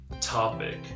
topic